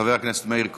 חבר הכנסת מאיר כהן,